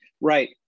Right